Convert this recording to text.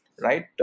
right